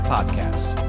Podcast